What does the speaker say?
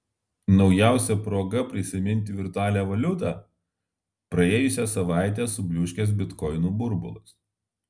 naujausia proga prisiminti virtualią valiutą praėjusią savaitę subliūškęs bitkoinų burbulas